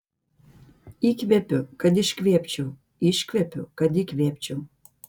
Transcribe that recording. įkvepiu kad iškvėpčiau iškvepiu kad įkvėpčiau